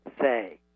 say